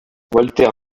walter